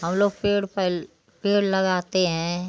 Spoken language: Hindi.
हम लोग पेड़ पेड़ लगाते हैं